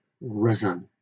risen